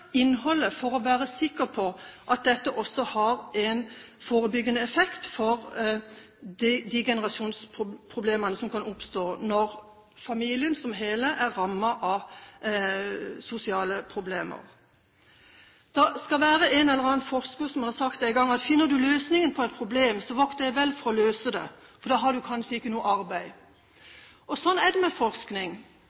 innholdet for å være sikker på at dette også har en forebyggende effekt for de generasjonsproblemene som kan oppstå når familien som et hele er rammet av sosiale problemer. Det skal være en eller annen forsker som har sagt en gang at finner du løsningen på et problem, så vokt deg vel for å løse det, for da har du kanskje ikke noe arbeid